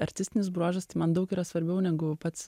artistinis bruožas tai man daug yra svarbiau negu pats